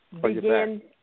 begin